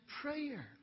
prayer